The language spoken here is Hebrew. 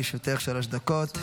בבקשה, לרשותך שלוש דקות.